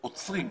עצורים.